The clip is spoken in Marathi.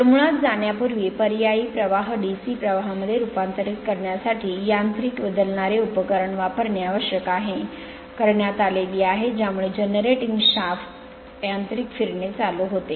तर मुळात जाण्यापूर्वी पर्यायी प्रवाह DC प्रवाहमध्ये रूपांतरित करण्यासाठी यांत्रिक बदलणारे उपकरण वापरणे आवश्यक आहे करण्यात आलेली आहे ज्यामुळे जनरेटिंग शाफ्ट च यांत्रिक फिरणे चालू होते